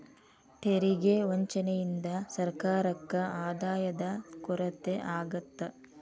ತೆರಿಗೆ ವಂಚನೆಯಿಂದ ಸರ್ಕಾರಕ್ಕ ಆದಾಯದ ಕೊರತೆ ಆಗತ್ತ